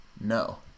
No